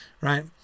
right